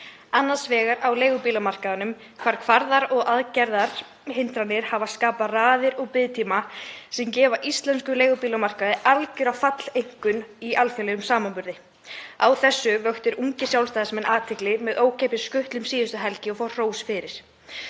annars vegar á leigubílamarkaðinum þar sem kvaðir og aðgangshindranir hafa skapað raðir og biðtíma sem gefa íslenskum leigubílamarkaði algjöra falleinkunn í alþjóðlegum samanburði. Á þessu vöktu ungir Sjálfstæðismenn athygli með ókeypis skutli um síðustu helgi og fá hrós fyrir.